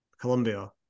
Colombia